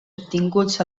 obtinguts